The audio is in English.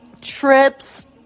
trips